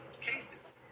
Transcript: cases